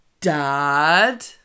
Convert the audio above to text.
dad